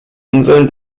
inseln